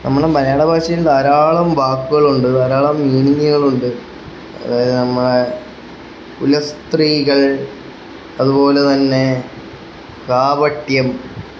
നമ്മുടെ മലയാള ഭാഷയിൽ ധാരാളം വാക്കുകളുണ്ട് ധാരാളം മീനിങ്ങുകളുണ്ട് അതായത് നമ്മുടെ കുലസ്ത്രീകൾ അതുപോലെ തന്നെ കാപട്യം